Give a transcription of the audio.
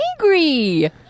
angry